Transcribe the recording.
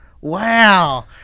Wow